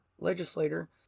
legislator